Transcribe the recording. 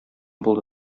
булды